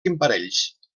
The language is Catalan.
imparells